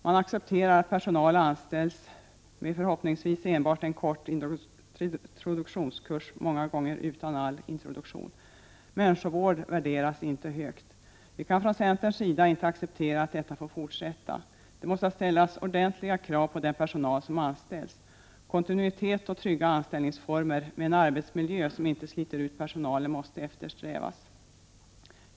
Man accepterar att personal anställs med förhoppningsvis en kort introduktionskurs men många gånger helt utan introduktion. Människovård värderas inte högt. Vi kan från centerns sida inte acceptera att detta får fortsätta. Det måste ställas ordentliga krav på den personal som anställs. Kontinuitet och trygga anställningsformer med en arbetsmiljö som inte sliter ut personalen måste eftersträvas.